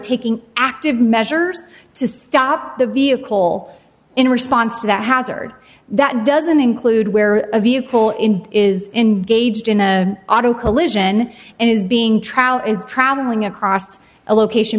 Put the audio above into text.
taking active measures to stop the vehicle in response to that hazard that doesn't include where a vehicle in is engaged in a auto collision and is being trout is traveling across a location